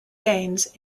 games